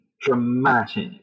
dramatic